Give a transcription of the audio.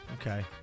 Okay